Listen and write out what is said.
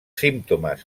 símptomes